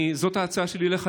זאת ההצעה שלי אליך,